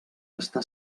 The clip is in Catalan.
està